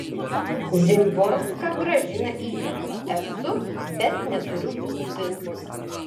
szymborska grąžina įtampą esu bet neturiu būti